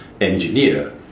engineer